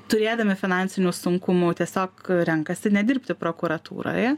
turėdami finansinių sunkumų tiesiog renkasi nedirbti prokuratūroje